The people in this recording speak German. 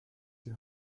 die